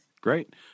Great